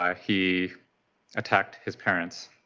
ah he attacked his parents.